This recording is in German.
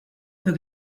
für